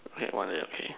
okay one at the their pay